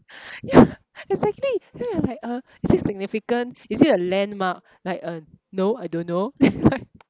yeah exactly then we're like uh is it significant is it a landmark like uh no I don't know